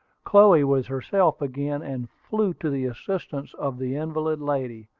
chloe was herself again, and flew to the assistance of the invalid lady.